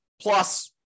plus